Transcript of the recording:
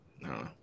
No